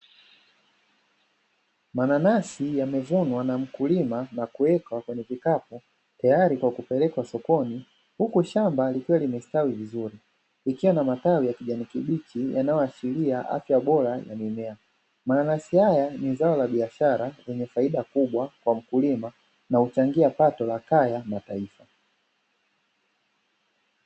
Mananasi yamevunwa na mkulima na kuwekwa kwenye kikapu tayari kwa kupelekwa sokoni huku shamba likiwa limestawi vizuri, ikiwa na matawi ya kijani kibichi yanayoashiria afya bora ya mimea, mananasi haya ni zao la biashara lenye faida kubwa kwa mkulima na huchangia pato la kaya na taifa.